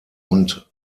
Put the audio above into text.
und